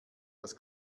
das